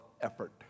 effort